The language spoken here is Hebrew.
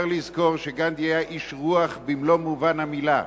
צריך לזכור שגנדי היה איש רוח במלוא מובן המלה.